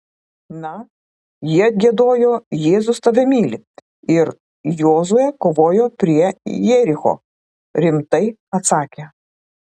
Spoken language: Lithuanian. na jie giedojo jėzus tave myli ir jozuė kovojo prie jericho rimtai atsakė